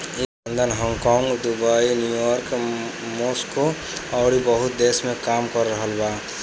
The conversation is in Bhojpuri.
ई London, Hong Kong, Dubai, New York, Moscow अउरी बहुते देश में काम कर रहल बा